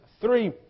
three